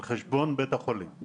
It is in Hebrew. על חשבון בית החולים.